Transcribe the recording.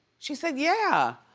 she said, yeah.